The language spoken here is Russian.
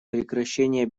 прекращение